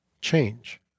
change